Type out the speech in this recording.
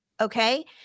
okay